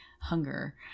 hunger